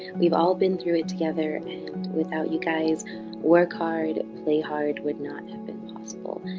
we've all been through it together. and without you guys work hard, play hard, would not have been possible.